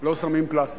לא שמים פלסטר,